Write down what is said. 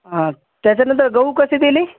त्याच्यानंतर गहू कसे दिली